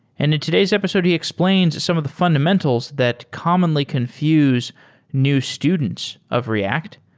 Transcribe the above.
and in today's episode, he explains some of the fundamentals that commonly confuse new students of react.